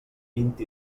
vint